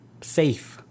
Safe